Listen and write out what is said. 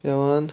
پٮ۪وان